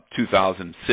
2006